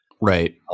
right